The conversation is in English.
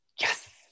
Yes